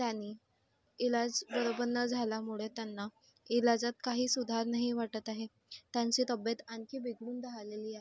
त्याने इलाज बरोबर न झाल्यामुळे त्यांना इलाजात काही सुधार नाही वाटत आहे त्यांची तब्येत आणखी बिघडून राहिलेली आहे